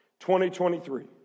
2023